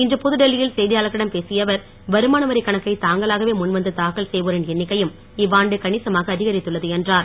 இன்று புதுடெல்லியில் செய்தியாளர்களிடம் பேசிய அவர் வருமானவரி கணக்கை தாங்களாகவே முன் வந்து தாக்கல் செய்வோரின் எண்ணிக்கையும் இவ்வாண்டு கனிசமாக அதிகரித்துள்ளது என்றார்